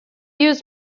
used